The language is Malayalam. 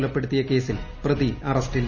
കൊലപ്പെടുത്തിയ കേസിൽ പ്രതി അറസ്റ്റിൽ